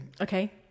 Okay